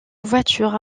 voiture